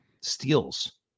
steals